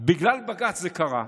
בגלל בג"ץ זה קרה.